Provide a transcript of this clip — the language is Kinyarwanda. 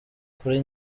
kuri